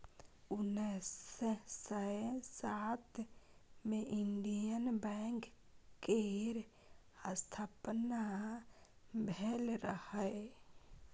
उन्नैस सय सात मे इंडियन बैंक केर स्थापना भेल रहय